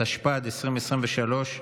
התשפ"ד 2023,